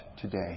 today